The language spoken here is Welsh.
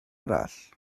arall